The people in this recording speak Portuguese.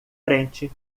frente